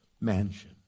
mansion